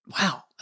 Wow